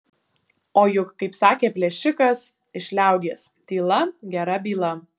o juk kaip sakė plėšikas iš liaudies tyla gera byla